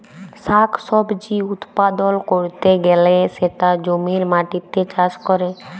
শাক সবজি উৎপাদল ক্যরতে গ্যালে সেটা জমির মাটিতে চাষ ক্যরে